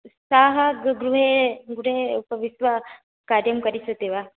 ताः गृहे गृहे उपवित्वा कार्यं करिष्यति वा